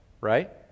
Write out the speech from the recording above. right